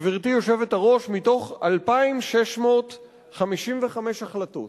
גברתי היושבת-ראש, מתוך 2,655 החלטות